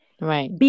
Right